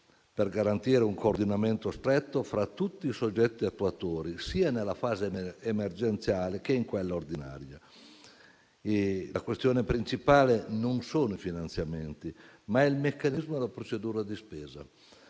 per garantire un coordinamento stretto fra tutti i soggetti attuatori, nella fase sia emergenziale che in quella ordinaria. La questione principale sono non i finanziamenti, ma il meccanismo e la procedura di spesa.